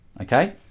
okay